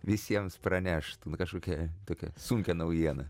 visiems pranešt kažkokią tokią sunkią naujieną